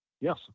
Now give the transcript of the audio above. Yes